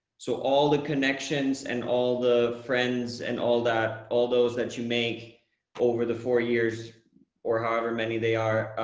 so all the connections and all the friends and all that all those that you make over the four years or however many they are,